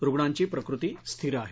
रुग्णांची प्रकृति स्थिर आहे